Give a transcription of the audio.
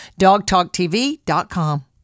dogtalktv.com